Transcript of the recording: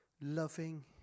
loving